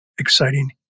exciting